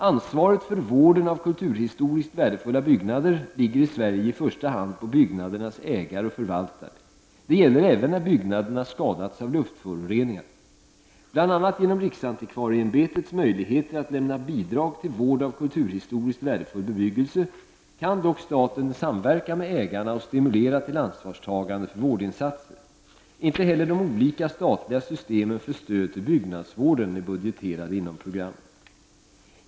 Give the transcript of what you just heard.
Ansvaret för vården av kulturhistoriskt värdefulla byggnader ligger i Sverige i första hand på byggnadernas ägare och förvaltare. Detta gäller även när byggnaderna skadats av luftföroreningar. Bl.a. genom riksantikvarieämbetets möjligheter att lämna bidrag till vård av kulturhistoriskt värdefull bebyggelse kan dock staten samverka med ägarna och stimulera till ansvarstagande för vårdinsatser. Inte heller de olika statliga systemen för stöd till byggnadsvården är budgeterade inom programmen.